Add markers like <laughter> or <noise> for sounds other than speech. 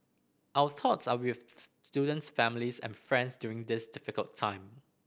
our thoughts are with <unintelligible> student's families and friends during this difficult time